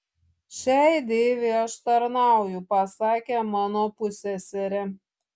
šiai deivei aš tarnauju pasakė mano pusseserė